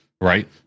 Right